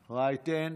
רייטן.